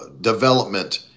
development